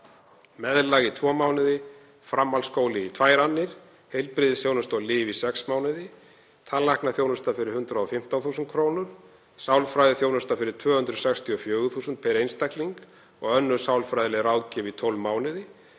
meðlag í tvo mánuði, framhaldsskóli í tvær annir, heilbrigðisþjónusta og lyf í sex mánuði, tannlæknaþjónusta fyrir 115.000 kr., sálfræðiþjónusta fyrir 264.000 á einstakling og önnur sálfræðileg ráðgjöf í 12 mánuði.